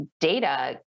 data